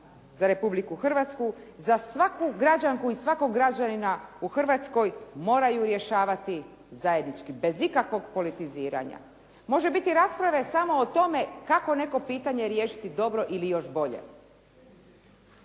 za Republiku Hrvatsku, za svaku građanku i svakog građanina u Hrvatskoj moraju rješavati zajednički, bez ikakvog politiziranja. Može biti rasprave samo o tome kako neko pitanje riješiti dobro ili još bolje.